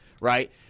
right